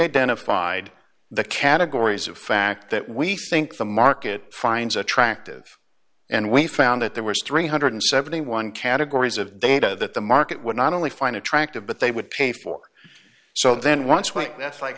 identified the categories of fact that we think the market finds attractive and we found that there were three hundred and seventy one dollars categories of data that the market would not only find attractive but they would pay for it so then once when that's like